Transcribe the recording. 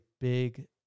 big